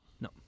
No